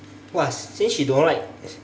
!wah! since she don't like